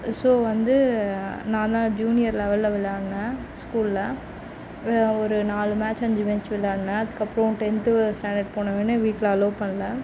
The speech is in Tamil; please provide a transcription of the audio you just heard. ஸோ வந்து நான் தான் ஜூனியர் லெவலில் விளையாடினேன் ஸ்கூலில் ஒரு ஒரு நாலு மேட்ச் அஞ்சு மேட்ச் விளையாடினேன் அதுக்கப்புறம் டென்த்து ஸ்டாண்டர்ட் போனவுடனே வீட்டில் அலோவ் பண்ணலை